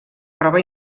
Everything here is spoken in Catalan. roba